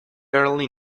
early